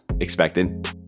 expected